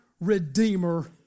Redeemer